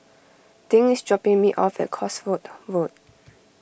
dink is dropping me off at Cosford Road